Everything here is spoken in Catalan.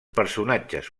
personatges